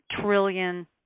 trillion